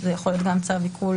שזה יכול להיות גם צו עיקול